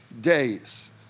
days